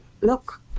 look